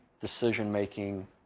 decision-making